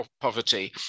poverty